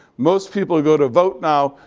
most people who go to vote now,